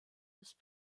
ist